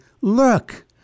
look